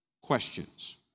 questions